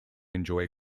enjoy